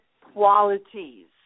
qualities